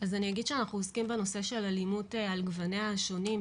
אז אני אגיד שאנחנו עוסקים בנושא של אלימות על גווניה השונים,